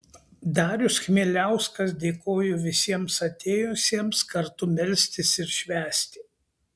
darius chmieliauskas dėkojo visiems atėjusiems kartu melstis ir švęsti